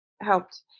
helped